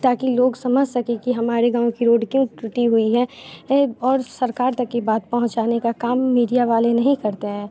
ताकि लोग समझ सकें कि हमारे गाँव की रोड क्यों टूटी हुई हैं और सरकार तक ये बात पहुंचाने का काम मीडिया वाले नहीं करते हैं